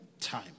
time